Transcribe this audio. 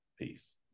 peace